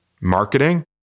marketing